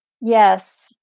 yes